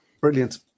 Brilliant